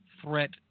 threat